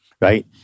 Right